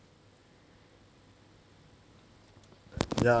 ya